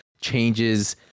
changes